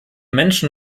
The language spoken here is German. menschen